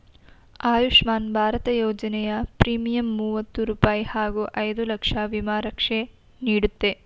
ಆಯುಷ್ಮಾನ್ ಭಾರತ ಯೋಜನೆಯ ಪ್ರೀಮಿಯಂ ಮೂವತ್ತು ರೂಪಾಯಿ ಹಾಗೂ ಐದು ಲಕ್ಷ ವಿಮಾ ರಕ್ಷೆ ನೀಡುತ್ತೆ